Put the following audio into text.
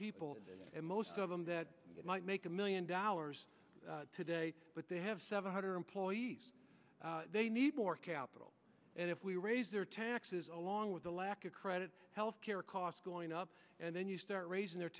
people and most of them that might make a dollars today but they have seven hundred employees they need more capital and if we raise their taxes along with the lack of credit health care costs going up and then you start raising their